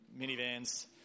minivans